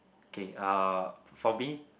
okay uh for me